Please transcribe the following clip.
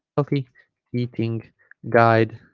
healthy eating guide